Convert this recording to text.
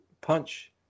punch